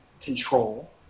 control